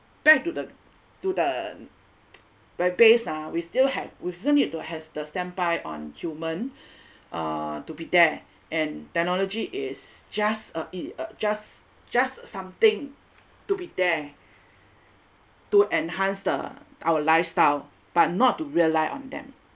back to the to the ah we still have we still need to has the standby on human uh to be there and technology is just uh it uh just just something to be there to enhance the our lifestyle but not to rely on them